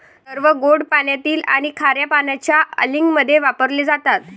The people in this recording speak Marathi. सर्व गोड पाण्यातील आणि खार्या पाण्याच्या अँलिंगमध्ये वापरले जातात